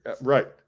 Right